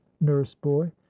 nurse-boy